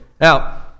Now